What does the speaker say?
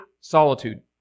solitude